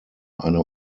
eine